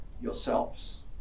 yourselves